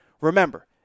Remember